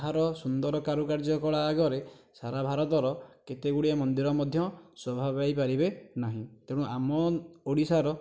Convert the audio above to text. ତାହାର ସୁନ୍ଦର କରୁକାର୍ଯ୍ୟ କଳା ଆଗରେ ସାରା ଭାରତର କେତେ ଗୁଡ଼ିଏ ମନ୍ଦିର ମଧ୍ୟ ଶୋଭା ପାଇପାରିବେ ନାହିଁ ତେଣୁ ଆମ ଓଡ଼ିଶାର